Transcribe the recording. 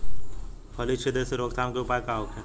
फली छिद्र से रोकथाम के उपाय का होखे?